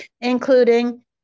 including